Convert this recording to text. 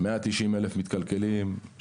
190,000 מתכלכלים.